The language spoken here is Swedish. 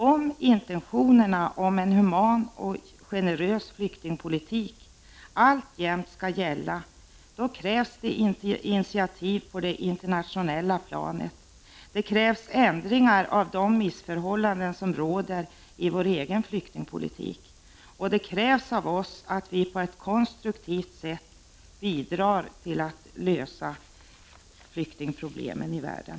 Om intentionerna om en human och generös flyktingpolitik alltjämt skall gälla krävs initiativ på det internationella planet och ändringar av de missförhållanden som råder i vår egen flyktingpolitik. Det krävs av oss att vi på ett konstruktivt sätt bidrar till att lösa flyktingproblemen i världen.